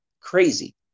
crazy